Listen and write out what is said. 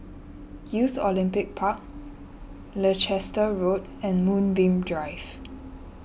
Youth Olympic Park Leicester Road and Moonbeam Drive